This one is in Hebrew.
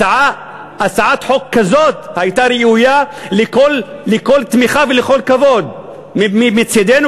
הצעת חוק כזאת הייתה ראויה לכל תמיכה ולכל כבוד מצדנו,